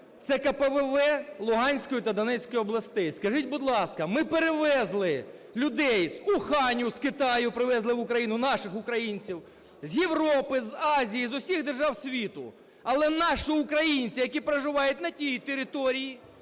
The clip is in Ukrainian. це КПВВ Луганської та Донецької областей. Скажіть, будь ласка, ми перевезли людей з Уханя, з Китаю, привезли в Україну наших українців, з Європи, з Азії, з усіх держав світу. Але наші українці, які проживають на тій території,